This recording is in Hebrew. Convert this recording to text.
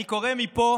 אני קורא מפה